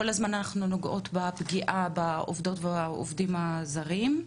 כל הזמן אנחנו נוגעות בפגיעה בעובדות ובעובדים הזרים.